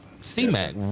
C-Mac